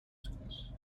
schools